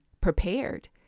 prepared